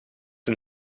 een